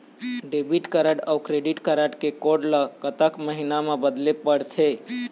Debit card अऊ credit card के code number ला कतक महीना मा बदले पड़थे?